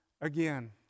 again